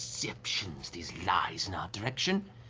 deceptions, these lies in our direction,